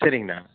சரிங்கண்ணா